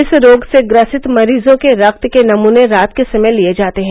इस रोग से ग्रसित मरीजों के रक्त के नमूने रात के समय लिए जाते हैं